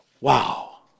Wow